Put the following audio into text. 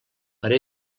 per